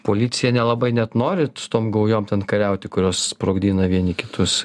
policija nelabai net nori su tom gaujom ten kariauti kurios sprogdina vieni kitus